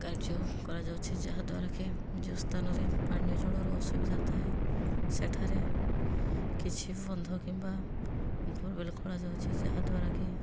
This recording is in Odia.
କାର୍ଯ୍ୟ କରାଯାଉଛି ଯାହା ଦ୍ୱାରାକି ଯୋଉ ସ୍ଥାନରେ ପାନୀୟ ଜଳର ଅସୁବିଧା ଥାଏ ସେଠାରେ କିଛି ବନ୍ଧ କିମ୍ବା ବୋର୍ୱେଲ୍ ଖୋଳାଯାଉଛି ଯାହା ଦ୍ୱାରାକି